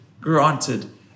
granted